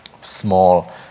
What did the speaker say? small